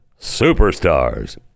superstars